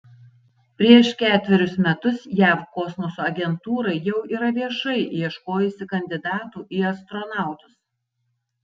prieš ketverius metus jav kosmoso agentūra jau yra viešai ieškojusi kandidatų į astronautus